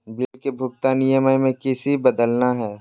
Bill के भुगतान EMI में किसी बदलना है?